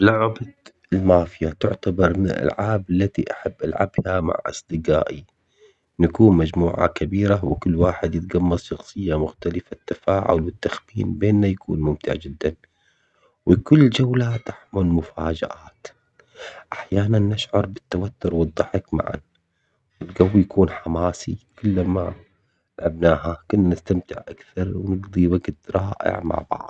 لعبة المافيا تعتبر من الألعاب التي أحب ألعبها مع أصدقائي، نكون مجموعة كبيرة وكل واحد يتقمص شخصية مختلفة التفاعل والتخمين بينا يكون ممتع جداً، وكل جولة تحمل مفاجآت أحياناً نشعر بالتوتر والضحك معاً، والجو يكون حماسي كلما لعبناها كلما نستمتع أكتر ونقضي وقت رائع مع بعض.